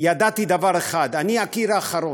ידעתי דבר אחד אני הקיר האחרון,